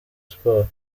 sports